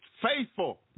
faithful